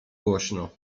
głośno